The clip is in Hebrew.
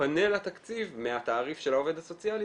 יתפנה לה תקציב מהתעריף של העובד הסוציאלי